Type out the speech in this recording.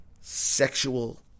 sexual